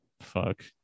Fuck